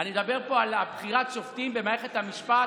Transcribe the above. אני מדבר פה על בחירת שופטים במערכת המשפט.